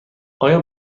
آیا